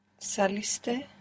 Saliste